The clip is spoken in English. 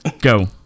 Go